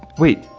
wait.